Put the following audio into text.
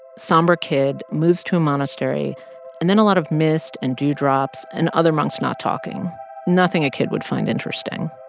somber kid moves to a monastery and then a lot of mist and dewdrops and other monks not talking nothing a kid would find interesting.